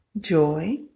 joy